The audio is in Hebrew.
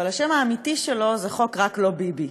אבל השם האמיתי שלו זה "חוק רק לא ביבי".